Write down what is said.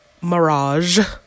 mirage